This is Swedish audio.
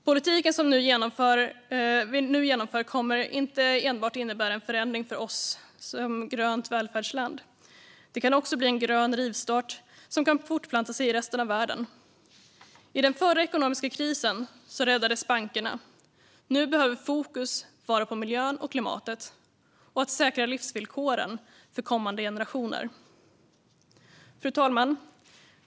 Politiken som vi genomför kommer inte enbart att innebära en förändring för oss som grönt välfärdsland. Det kan också bli en grön rivstart som kan fortplanta sig i resten av världen. I den förra ekonomiska krisen räddades bankerna. Nu behöver fokus vara på miljön och klimatet och att säkra livsvillkoren för kommande generationer. Fru talman!